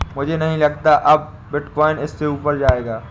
मुझे नहीं लगता अब बिटकॉइन इससे ऊपर जायेगा